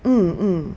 mm mm